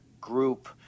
group